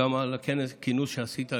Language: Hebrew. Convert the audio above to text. וגם על הכינוס שעשית היום.